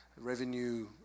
Revenue